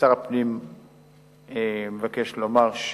שר הפנים מבקש לומר,